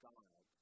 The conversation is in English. God